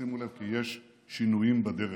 תשימו לב כי יש שינויים בדרך,